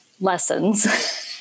lessons